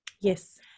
Yes